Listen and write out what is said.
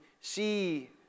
see